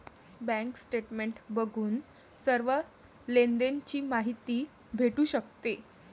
bank statement बघून सर्व लेनदेण ची माहिती भेटू शकते